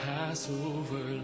Passover